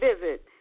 visit